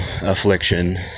affliction